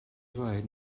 dweud